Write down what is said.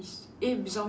eh zombies